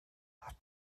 hat